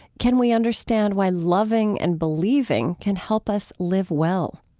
can we understand why loving and believing can help us live well?